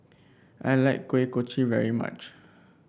I like Kuih Kochi very much